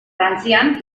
frantzian